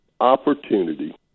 opportunity